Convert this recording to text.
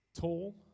Tall